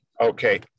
Okay